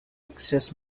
access